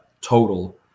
total